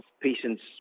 patients